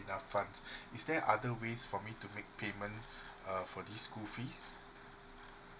funds is there other ways for me to make payment uh for this school frees